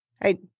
Hey